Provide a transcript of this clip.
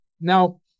Now